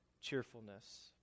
cheerfulness